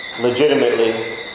legitimately